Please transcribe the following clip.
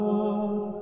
Lord